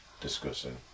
discussing